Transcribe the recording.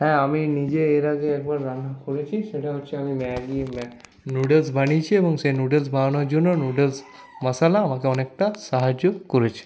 হ্যাঁ আমি নিজে এর আগে একবার রান্না করেছি সেটা হচ্ছে আমি ম্যাগি নুডলস্ বানিয়েছি এবং সেই নুডলস্ বানানোর জন্য নুডলস্ মশলা আমাকে অনেকটা সাহায্য করেছে